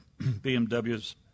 BMW's